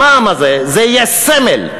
המע"מ הזה, זה יהיה סמל.